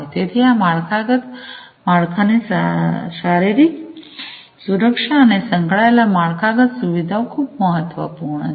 તેથી આ માળખાગત માળખાની શારીરિક સુરક્ષા અને સંકળાયેલ માળખાગત સુવિધાઓ ખૂબ મહત્વપૂર્ણ છે